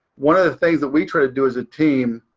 one of the things that we try to do as a team